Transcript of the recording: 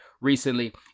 recently